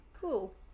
Cool